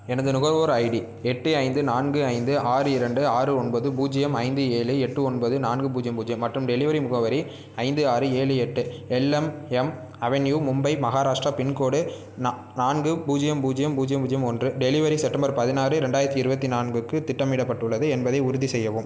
எனது நுகர்வோர் ஐடி எட்டு ஐந்து நான்கு ஐந்து ஆறு இரண்டு ஆறு ஒன்பது பூஜ்ஜியம் ஐந்து ஏழு எட்டு ஒன்பது நான்கு பூஜ்ஜியம் பூஜ்ஜியம் மற்றும் டெலிவரி முகவரி ஐந்து ஆறு ஏழு எட்டு LMM avenue Mumbai Maharashtra pincode நா நான்கு பூஜ்ஜியம் பூஜ்ஜியம் பூஜ்ஜியம் பூஜ்ஜியம் ஒன்று டெலிவரி செப்டம்பர் பதினாறு ரெண்டாயிரத்தி இருபத்தி நான்குக்கு திட்டமிடப்பட்டுள்ளது என்பதை உறுதி செய்யவும்